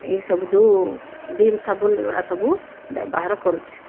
ଏହିସବୁ ଯେଉଁ ଭୀମ ସାବୁନ ଏଗୁଡ଼ା ସବୁ ବ୍ୟବହାର କରୁଛି